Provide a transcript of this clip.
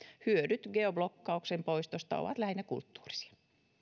hyödyt geoblokkauksen poistosta ovat lähinnä kulttuurisia